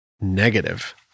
negative